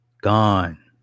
gone